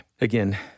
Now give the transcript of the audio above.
Again